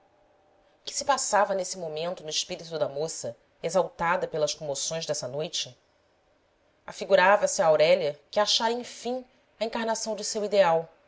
que se passava nesse momento no espírito da moça exaltada pelas comoções dessa noite afigurava-se a aurélia que achara enfim a encarnação de seu ideal